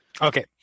Okay